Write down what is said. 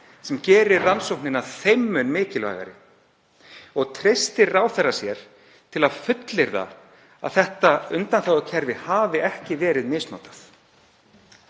sem gerir rannsóknina þeim mun mikilvægari? Treystir ráðherra sér til að fullyrða að undanþágukerfið hafi ekki verið misnotað?